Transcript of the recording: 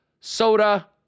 soda